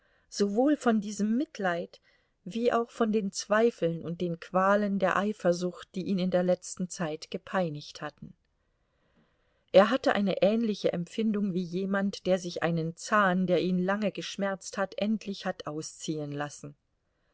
sowohl von diesem mitleid wie auch von den zweifeln und den qualen der eifersucht die ihn in der letzten zeit gepeinigt hatten er hatte eine ähnliche empfindung wie jemand der sich einen zahn der ihn lange geschmerzt hat endlich hat ausziehen lassen